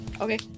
Okay